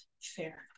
fair